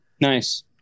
Nice